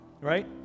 right